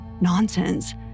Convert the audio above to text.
nonsense